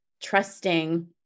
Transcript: trusting